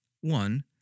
One